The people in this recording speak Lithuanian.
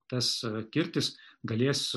tas kirtis galės